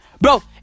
bro